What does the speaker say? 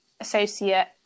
associate